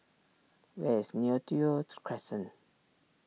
where is Neo Tiew Crescent